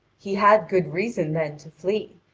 he had good reason then to flee,